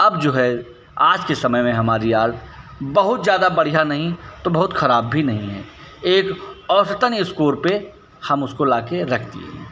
अब जो है आज के समय में हमारी आल बहुत ज़्यादा बढ़िया नहीं तो बहुत खराब भी नहीं है एक औसतन स्कोर पे हम उसको लाके रख दिए हैं